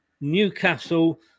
Newcastle